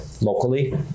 locally